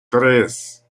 tres